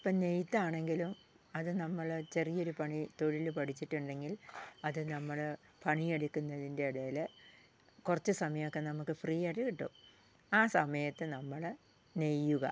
ഇപ്പം നെയ്ത്താണെങ്കിലും അത് നമ്മള് ചെറിയൊരു പണി തൊഴില് പഠിച്ചിട്ടുണ്ടെങ്കിൽ അത് നമ്മള് പണിയെടുക്കുന്നതിൻ്റെ ഇടയിൽ കുറച്ചു സമയം ഒക്കെ നമുക്ക് ഫ്രീയായിട്ട് കിട്ടും ആ സമയത്ത് നമ്മള് നെയ്യുക